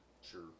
Sure